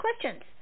questions